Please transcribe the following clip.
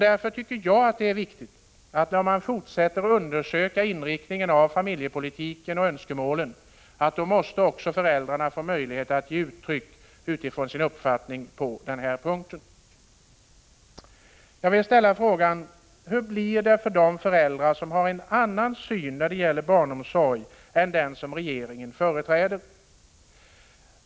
När man fortsätter att undersöka inriktningen av familjepolitiken och önskemålen på det området tycker jag därför att det är viktigt att föräldrarna får möjlighet att ge uttryck för sin uppfattning på den här punkten. Jag vill ställa frågan: Hur blir det för de föräldrar som har en annan syn när det gäller barnomsorg än den som regeringen företräder?